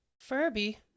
Furby